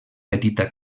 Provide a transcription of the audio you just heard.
petita